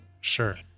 Sure